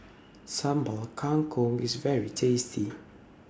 Sambal Kangkong IS very tasty